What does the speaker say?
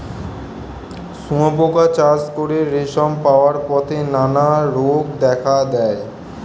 শুঁয়োপোকা চাষ করে রেশম পাওয়ার পথে নানা রোগ দেখা দেয়